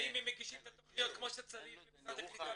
ואם הם מגישים את התוכניות כמו שצריך למשרד הקליטה,